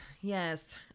yes